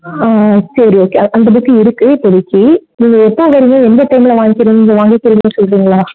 ஆ சரி ஓகே அந்த புக் இருக்கு இப்போதைக்கு நீங்கள் எப்போ வரிங்க எந்த டைமில் வாங்கிக்கிறீங்கன்னு சொல்கிறீங்களா